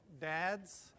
dads